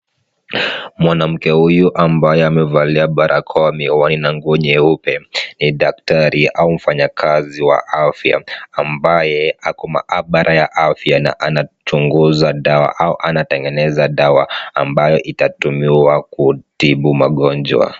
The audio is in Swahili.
Mwanamke huyu ambaye amevalia barakoa, miwani na nguo nyeupe ni daktari au mfanyikazi wa afya, ambaye ako maabara ya afya na anachunguza dawa au anatengeneza dawa ambayo itatumiwa kutibu magonjwa.